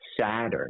Saturn